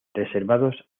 reservados